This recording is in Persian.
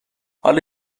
حالا